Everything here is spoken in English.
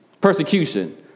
Persecution